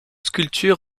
sculptures